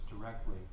directly